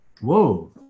Whoa